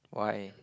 why